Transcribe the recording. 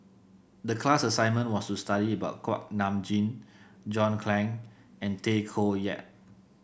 the class assignment was to study about Kuak Nam Jin John Clang and Tay Koh Yat